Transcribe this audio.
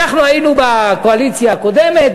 אנחנו היינו בקואליציה הקודמת,